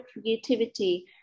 creativity